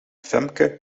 femke